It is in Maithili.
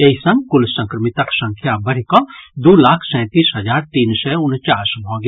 एहि संग कुल संक्रमितक संख्या बढ़िकऽ दू लाख सैतीस हजार तीन सय उनचास भऽ गेल